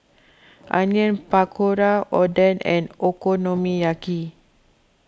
Onion Pakora Oden and Okonomiyaki